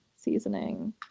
seasoning